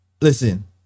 Listen